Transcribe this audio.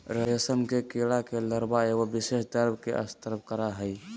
रेशम के कीड़ा के लार्वा एगो विशेष द्रव के स्त्राव करय हइ